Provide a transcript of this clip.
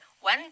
one